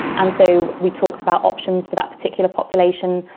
and so we talked about options for that particular population.